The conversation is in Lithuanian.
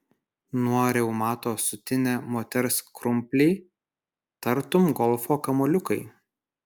nuo reumato sutinę moters krumpliai tartum golfo kamuoliukai